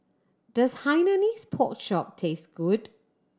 does Hainanese Pork Chop taste good